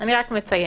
אני רק מציינת.